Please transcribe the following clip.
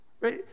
Right